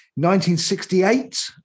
1968